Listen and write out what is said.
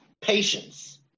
patience